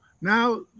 Now